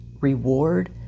reward